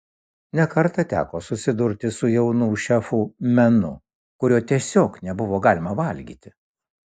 ne kartą teko susidurti su jaunų šefų menu kurio tiesiog nebuvo galima valgyti